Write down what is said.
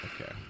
Okay